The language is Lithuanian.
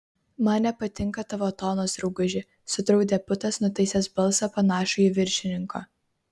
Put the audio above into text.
man nepatinka tavo tonas drauguži sudraudė putas nutaisęs balsą panašų į viršininko